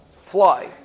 fly